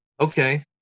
okay